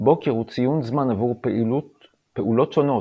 בוקר הוא ציון זמן עבור פעולות שונות,